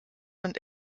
und